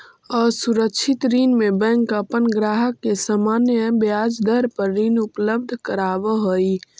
असुरक्षित ऋण में बैंक अपन ग्राहक के सामान्य ब्याज दर पर ऋण उपलब्ध करावऽ हइ